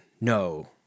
no